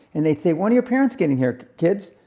and they'd say, when are your parents getting here, kids?